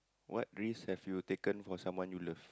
what risk have you taken for someone you love